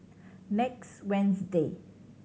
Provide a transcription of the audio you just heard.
next Wednesday